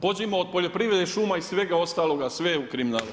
Pođimo od poljoprivrede, šuma i svega ostaloga, sve je u kriminalu.